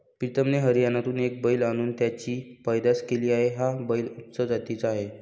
प्रीतमने हरियाणातून एक बैल आणून त्याची पैदास केली आहे, हा बैल उच्च जातीचा आहे